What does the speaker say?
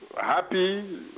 Happy